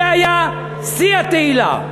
זה היה שיא התהילה.